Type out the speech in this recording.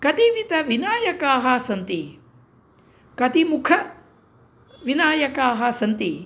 कतिविधाः विनायकाः सन्ति कतिमुखाः विनायकाः सन्ति